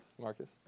Marcus